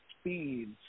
speeds